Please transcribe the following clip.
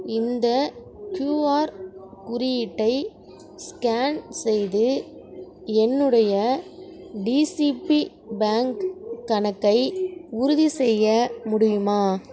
இந்த க்யூஆர் குறியீட்டை ஸ்கேன் செய்து என்னுடைய டிசிபி பேங்க் கணக்கை உறுதிசெய்ய முடியுமா